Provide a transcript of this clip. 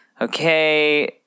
Okay